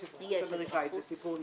זה סיפור נפרד.